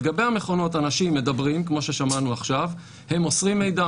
על גבי המכונות אנשים מדברים כמו ששמענו עכשיו הם מוסרים מידע,